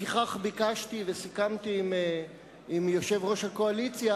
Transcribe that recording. לפיכך ביקשתי וסיכמתי עם יושב-ראש הקואליציה